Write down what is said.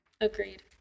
agreed